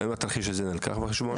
האם התרחיש הזה נלקח בחשבון?